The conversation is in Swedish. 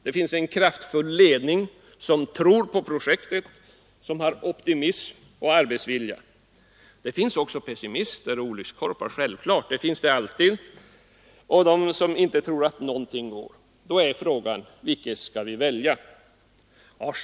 Det finns vidare en kraftfull ledning, som tror på projektet och som har optimism och arbetsvilja. Självklart finns det också pessimister och olyckskorpar — det finns alltid sådana som tror att inte någonting går. Då är frågan: Vilka skall vi välja att satsa på?